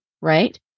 Right